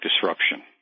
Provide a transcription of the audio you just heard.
disruption